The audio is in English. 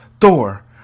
Thor